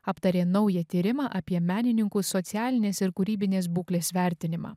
aptarė naują tyrimą apie menininkų socialinės ir kūrybinės būklės vertinimą